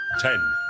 Ten